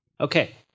Okay